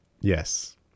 Yes